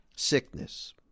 sickness